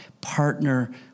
partner